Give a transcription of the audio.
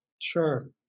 Sure